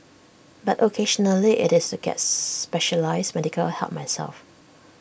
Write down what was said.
but occasionally IT is to get specialised medical help myself